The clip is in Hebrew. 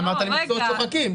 אמרת לי מקצועות שוחקים.